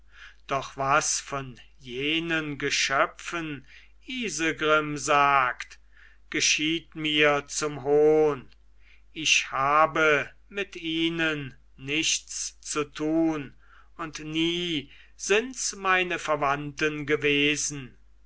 doch was von jenen geschöpfen isegrim sagt geschieht mir zum hohn ich habe mit ihnen nichts zu tun und nie sinds meine verwandten gewesen